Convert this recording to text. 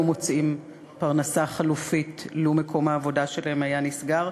מוצאים פרנסה חלופית לו מקום העבודה שלהם היה נסגר.